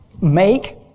make